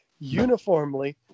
uniformly